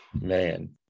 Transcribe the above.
man